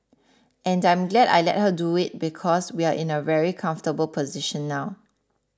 and I'm glad I let her do it because we're in a very comfortable position now